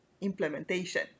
implementation